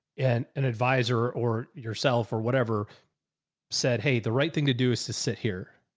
and an advisor or yourself or whatever said, hey, the right thing to do is to sit here